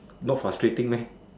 not frustrating meh